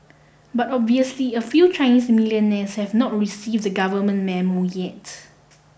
but obviously a few Chinese millionaires have not received the government memo yet